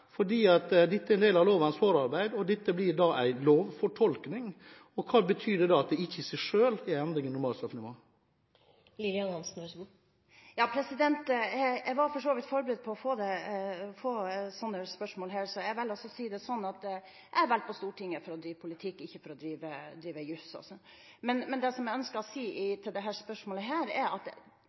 Dette er en del av lovens forarbeid, og dette blir en lovfortolkning. Hva betyr det da at det ikke i seg selv er en endring i normalstraffenivået? Jeg var for så vidt forberedt på å få slike spørsmål, så jeg velger å si det slik: Jeg er valgt inn på Stortinget for å drive med politikk, og ikke for å drive med juss. Men det jeg ønsker å si til dette spørsmålet, er: Det overordnede målet er at vi ønsker å harmonisere straffelovene for grovt brudd på havressurslovens bestemmelser om økonomisk og organisert kriminalitet. Det